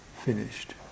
finished